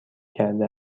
کرده